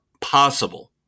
possible